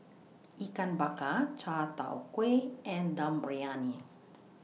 Ikan Bakar Chai Tow Kway and Dum Briyani